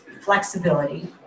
flexibility